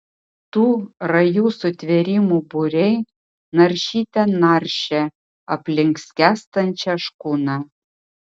tų rajų sutvėrimų būriai naršyte naršė aplink skęstančią škuną